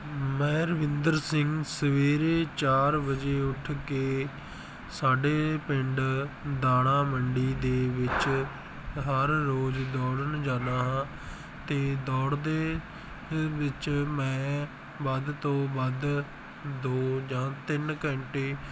ਮੈਂ ਰਵਿੰਦਰ ਸਿੰਘ ਸਵੇਰੇ ਚਾਰ ਵਜੇ ਉੱਠ ਕੇ ਸਾਡੇ ਪਿੰਡ ਦਾਣਾ ਮੰਡੀ ਦੇ ਵਿੱਚ ਹਰ ਰੋਜ਼ ਦੌੜਨ ਜਾਂਦਾ ਹਾਂ ਅਤੇ ਦੌੜਦੇ ਵਿੱਚ ਮੈਂ ਵੱਧ ਤੋਂ ਵੱਧ ਦੋ ਜਾਂ ਤਿੰਨ ਘੰਟੇ